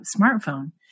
smartphone